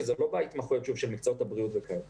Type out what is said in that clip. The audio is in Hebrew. שזה לא בהתמחויות של מקצועות הבריאות וכן הלאה.